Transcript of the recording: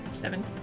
seven